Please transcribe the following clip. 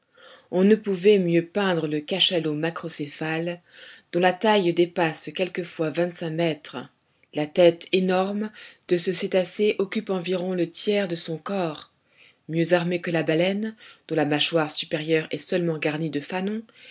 on ne pouvait mieux peindre le cachalot macrocéphale dont la taille dépasse quelque fois vingt-cinq mètres la tête énorme de ce cétacé occupe environ le tiers de son corps mieux armé que la baleine dont la mâchoire supérieure est seulement garnie de fanons